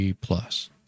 plus